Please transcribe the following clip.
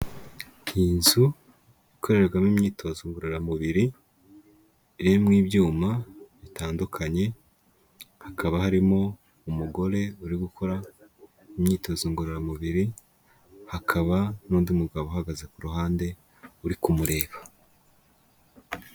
Iyi nzu ikorerwamo imyitozo ngororamubiri, irimo ibyuma bitandukanye, hakaba harimo umugore uri gukora imyitozo ngororamubiri, hakaba n'undi mugabo uhagaze ku ruhande, uri kumureba.